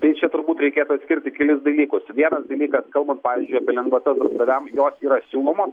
tai čia turbūt reikėtų atskirti kelis dalykus vienas dalykas kalbant pavyzdžiui apie lengvatas darbdaviam jos yra siūlomos